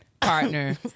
partner